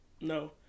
No